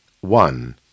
One